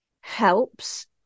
helps